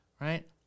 right